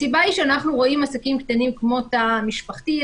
הסיבה היא שאנחנו רואים עסקים קטנים כמו תא משפחתי,